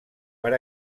per